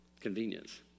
Convenience